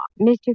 Mr